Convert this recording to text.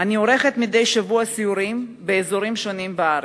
אני עורכת מדי שבוע סיורים באזורים שונים בארץ,